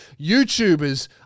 YouTubers